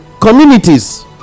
communities